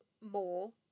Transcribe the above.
more